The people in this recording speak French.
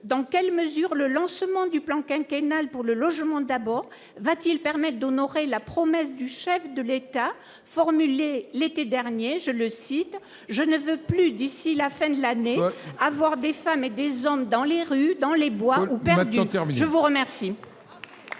dans quelle mesure le lancement du plan quinquennal pour le logement d'abord va-t-il permet d'honorer la promesse du chef de l'État formulée l'été dernier, je le cite : je ne veux plus d'ici la fin de l'année, avoir des femmes et des hommes dans les rues, dans les bois ou perdus théorie je vous remercie.